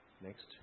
Next